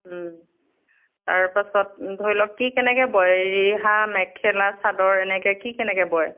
তাৰপাছত ধৰি লওক কি কেনেকৈ বয় ৰিহা মেখেলা চাদৰ এনেকৈ কি কেনেকৈ বয়